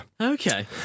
Okay